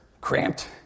cramped